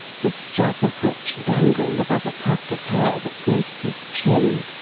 the strap of which dangled above a tuft of hair, that graced his chin,